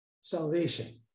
salvation